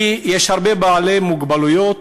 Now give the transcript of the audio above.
כי יש הרבה בעלי מוגבלויות,